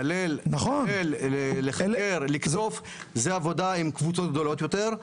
לדלל --- זו עבודה עם קבוצות גדולות יותר,